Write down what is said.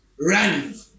Run